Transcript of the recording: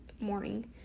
morning